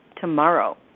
tomorrow